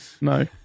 no